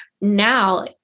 now